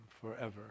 forever